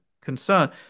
concern